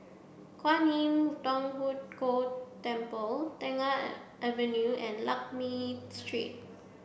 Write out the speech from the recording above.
Kwan Im Thong Hood Cho Temple Tengah Avenue and Lakme Street